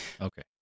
Okay